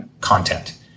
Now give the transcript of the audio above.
content